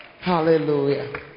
Hallelujah